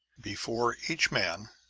before each man,